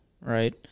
right